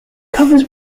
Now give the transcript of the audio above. covers